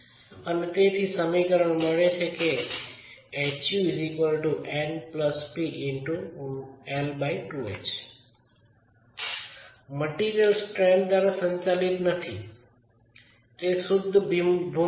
અને તેથી એક સમીકરણ મળે કે મટિરિયલ સ્ટ્રેન્થ દ્વારા સંચાલિત નથી તે શુદ્ધ ભૂમિતિ છે